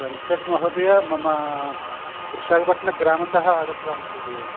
वेङ्कट्महोदय मम विशाखापट्टणग्रामतः आगत्वान् महोदय